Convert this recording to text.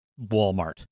Walmart